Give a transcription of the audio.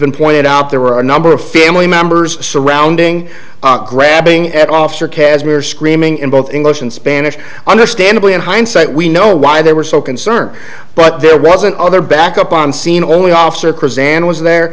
been pointed out there were a number of family members surrounding grabbing at officer casmir screaming in both english and spanish understandably in hindsight we know why they were so concerned but there was another backup on scene only officer chris and was there